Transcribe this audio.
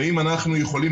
ואם אנחנו יכולים,